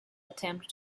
attempt